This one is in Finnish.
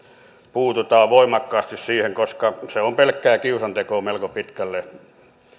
puututaan voimakkaasti siihen koska se on pelkkää kiusantekoa melko pitkälle